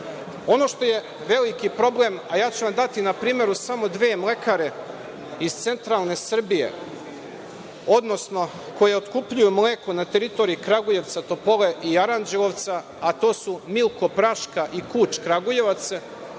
što je veliki problem, a ja ću vam dati na primeru samo dve mlekare iz centralne Srbije, odnosno koje otkupljuju mleko na teritoriji Kragujevca, Topole i Aranđelovca, a to su „Milkom“ Gradsko i „Kuč“ Kragujevac,